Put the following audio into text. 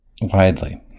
widely